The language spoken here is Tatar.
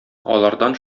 алардан